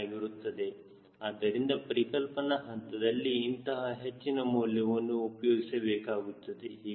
7 ಆಗಿರುತ್ತದೆ ಆದರೆ ಪರಿಕಲ್ಪನಾ ಹಂತದಲ್ಲಿ ಇಂತಹ ಹೆಚ್ಚಿನ ಮೌಲ್ಯವನ್ನು ಉಪಯೋಗಿಸಬೇಕಾಗುತ್ತದೆ